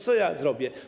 Co ja zrobię?